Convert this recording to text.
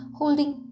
holding